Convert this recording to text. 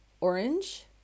orange